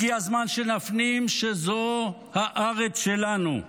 הגיע הזמן שנפנים שזו הארץ שלנו,